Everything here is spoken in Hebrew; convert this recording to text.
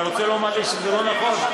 אתה רוצה לומר לי שזה לא נכון?